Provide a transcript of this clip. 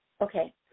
Okay